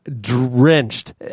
drenched